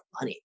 money